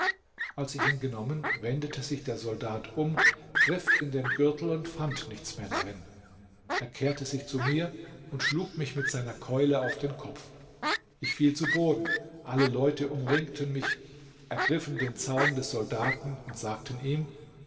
als ich ihn genommen wendete sich der soldat um griff in den gürtel und fand nichts mehr darin er kehrte sich zu mir und schlug mich mit seiner keule auf den kopf ich fiel zu boden alle leute umringten mich ergriffen den zaum des soldaten und sagten ihm